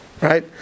right